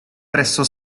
presso